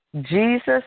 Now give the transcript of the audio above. Jesus